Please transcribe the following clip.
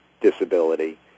disability